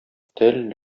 тел